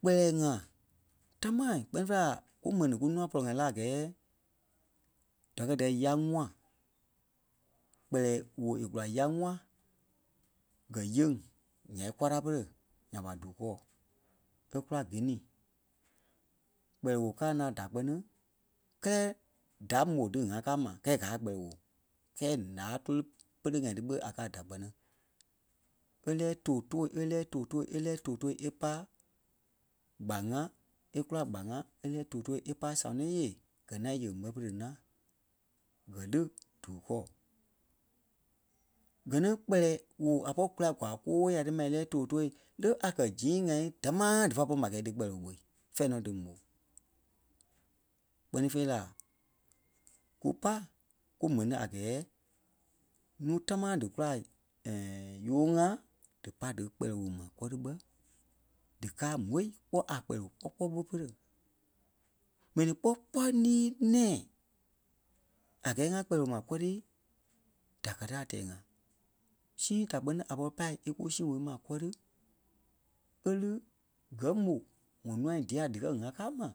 kpɛlɛɛ-ŋai damaa kpɛ́ni fêi la ku mɛni kúnûa pɔlɔ-ŋai lá a gɛɛ da kɛ́ díyɛɛ yá ŋûa kpɛlɛɛ woo é kula yá ŋûa gɛ yeŋ ǹyai kwara pere nya ɓa Dukɔɔ é kula Guinea kpɛlɛɛ woo káa naa a da kpɛ́ni kɛlɛ da mò díŋaa ká ma kɛɛ gáa a kpɛlɛɛ woo. Kɛ́ɛ la toli pere ŋai tí ɓé a ka a da kpɛ́ni. È lɛ́ɛ tòo too è lɛ́ɛ tòo too è lɛ́ɛ tòo too è pá Gbarnga è kúla Gbarnga e lɛ́ɛ tòo too e pá Sanoyea kɛ́ ŋaŋ yeŋ bɛ pere ŋaŋ gɛ lí Dukɔɔ. Gɛ ni kpɛlɛɛ woo a pɔri kùla kwaa kóyaa tí mai e lɛ́ɛ tòo too le a kɛ́ zii-ŋai damaa dífa pɔri ma a gɛɛ dí kpɛlɛɛ woo ɓôi fɛ̂ɛ nɔ dí mó. Kpɛ́ni fêi la kú pá ku mɛni a gɛɛ núu támaa dí kula Yooŋa dí pá dí kpɛlɛɛ wóo maa kɔ́ri bɛ díkaa m̀ôi kpɔ́ a kpɛlɛɛ woo kpɔ-kpɔɔi ɓó pere. M̀ɛnii kpɔ́ kpɔɔi lîi-nɛ̃ɛ a gɛɛ ŋa kpɛlɛɛ woo maa kɔrii da ká tí a tɛɛ-ŋa sii ta kpɛ́ni a pɔri pâi a kú sii woo maa kɔri é lí gɛ̀ mò ŋɔ nûa dîa díkɛ ŋ̀aa káa ma